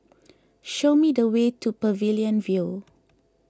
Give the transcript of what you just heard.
show me the way to Pavilion View